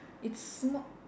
it's sma~